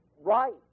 right